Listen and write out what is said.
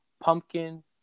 Pumpkin